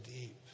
deep